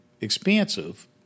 expansive